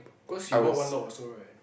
cause she bought one lot also right